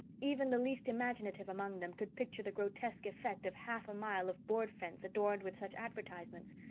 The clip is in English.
even the least imaginative among them could picture the grotesque effect of half a mile of board fence adorned with such advertisements.